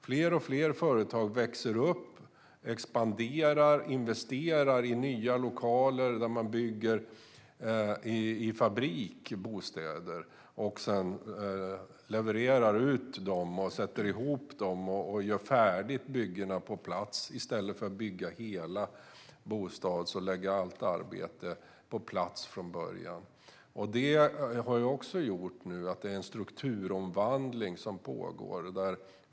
Fler och fler företag växer upp, expanderar och investerar i nya lokaler där man bygger bostäder i fabrik. Sedan levererar man ut dem, sätter ihop dem och gör färdigt byggena på plats i stället för att bygga hela bostaden och göra allt arbete på plats från början. Det har gjort att det nu pågår en strukturomvandling.